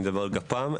על גפ"מ,